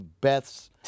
Beth's